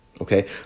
Okay